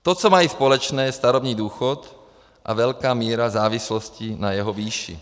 To, co mají společné, je starobní důchod a velká míra závislosti na jeho výši.